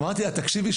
אמרתי לה תקשיבי,